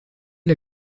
der